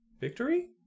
victory